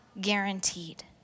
guaranteed